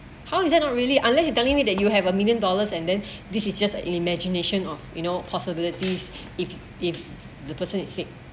how is it not really unless you telling me that you have a million dollars and then this is just the imagination of you know possibilities if if the person is sick